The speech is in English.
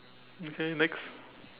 okay next